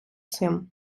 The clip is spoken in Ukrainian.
цим